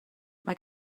mae